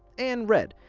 and red.